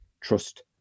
trust